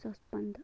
زٕ ساس پَنٛدہ